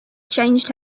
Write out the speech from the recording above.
changed